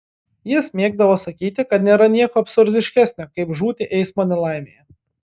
jis mėgdavo sakyti kad nėra nieko absurdiškesnio kaip žūti eismo nelaimėje